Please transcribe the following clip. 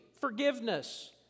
forgiveness